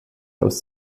aus